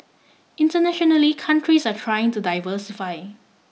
internationally countries are trying to diversify